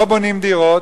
לא בונים דירות,